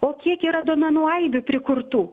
o kiek yra duomenų aibių prikurtų